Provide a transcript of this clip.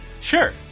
Sure